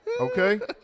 Okay